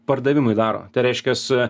pardavimui daro tai reiškias